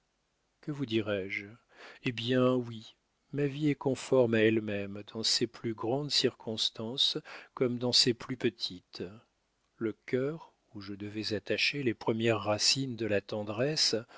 que vous dirai-je hé bien oui ma vie est conforme à elle-même dans ses plus grandes circonstances comme dans ses plus petites le cœur où je devais attacher les premières racines de la tendresse